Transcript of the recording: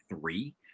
three